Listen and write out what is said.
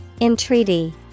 Entreaty